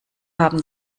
haben